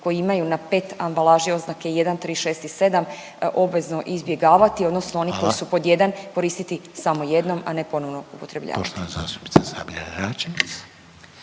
koje imaju na PET ambalaži oznake 1,3,6 i 7 obvezno izbjegavati odnosno oni …/Upadica Reiner: Hvala./… koji su pod jedan koristiti samo jednom, a ne ponovno upotrebljavati.